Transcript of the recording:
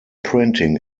printing